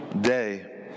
day